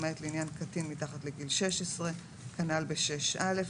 למעט לעניין קטין מתחת לגיל 16". כנ"ל ב-6(א),